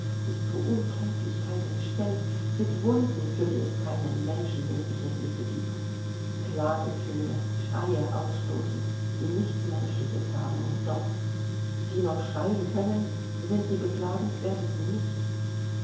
bis zur unkenntlichkeit entstellt mit wunden für die es keine menschenmögliche hilfe gibt klagetöne schreie ausstoßend die nichts menschliches haben und doch die noch schreien können sind die beklagenswertesten nicht